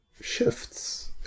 shifts